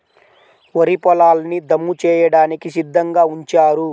వరి పొలాల్ని దమ్ము చేయడానికి సిద్ధంగా ఉంచారు